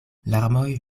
larmoj